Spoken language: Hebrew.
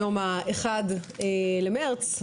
היום ה-1 למרץ,